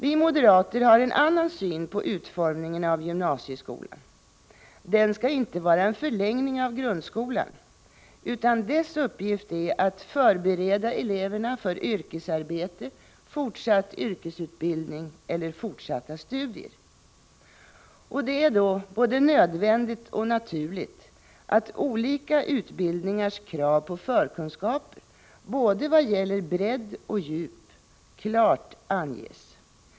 Vi moderater har en annan syn på utformningen av gymnasieskolan. Den skall inte vara en förlängning av grundskolan, utan dess uppgift är att förbereda eleverna för yrkesarbete, fortsatt yrkesutbildning eller fortsatta studier. Det är då både nödvändigt och naturligt att olika utbildningars krav på förkunskaper vad gäller både bredd och djup klart anges.